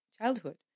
childhood